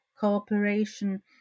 cooperation